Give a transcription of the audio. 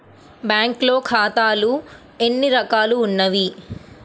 బ్యాంక్లో ఖాతాలు ఎన్ని రకాలు ఉన్నావి?